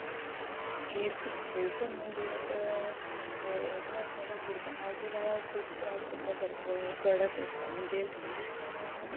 headphone headphone म्हणजे असो जो आसा तो भुरग्यांक आयच्या काळार खूब त्रास करपा सारको प्रोडक्ट आसा म्हणजे